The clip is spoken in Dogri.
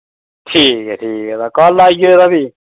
ठीक ऐ ठीक ऐ तां कल आई जायो भी